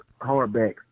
hardbacks